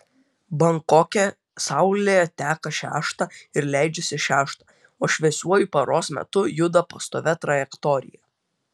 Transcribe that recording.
bankoke saulė teka šeštą ir leidžiasi šeštą o šviesiuoju paros metu juda pastovia trajektorija